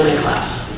class